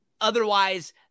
Otherwise